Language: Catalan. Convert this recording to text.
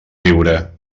riure